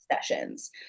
sessions